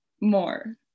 more